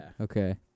okay